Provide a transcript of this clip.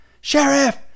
sheriff